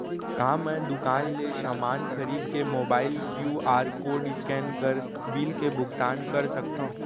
का मैं दुकान ले समान खरीद के मोबाइल क्यू.आर कोड स्कैन कर बिल के भुगतान कर सकथव?